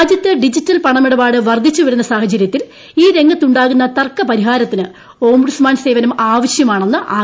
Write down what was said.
രാജ്യത്ത് ഡിജിറ്റൽ പണമിടപൂട് വർദ്ധിച്ചുവരുന്ന സാഹചര്യത്തിൽ ഈ രംഗത്തുണ്ടാക്കുന്നു ത്ർക്കപരിഹാരത്തിന് ഓംബുഡ്സ്മാൻ സേവനം അത്യാവൃശ്യമാണെന്ന് ആർ